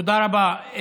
תודה רבה.